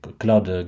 cloud